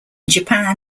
japan